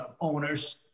owners